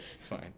fine